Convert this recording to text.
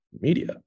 media